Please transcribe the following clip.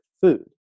food